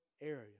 area